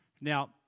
Now